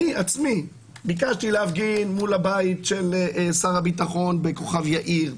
אני עצמי ביקשתי להפגין מול הבית של שר הביטחון בכוכב יאיר,